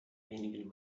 wenigen